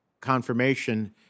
confirmation